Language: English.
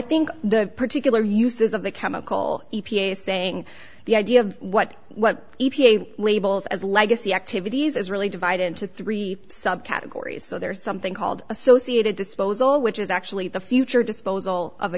think the particular uses of the chemical e p a saying the idea of what e p a labels as legacy activities is really divided into three subcategories so there's something called associated disposal which is actually the future disposal of a